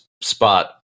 spot